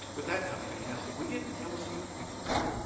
with that, have a fantastic weekend and we'll see you next week.